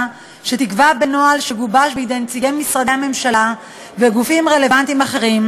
שתיקבע בנוהל שגובש בידי נציגי משרדי הממשלה וגופים רלוונטיים אחרים